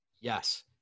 yes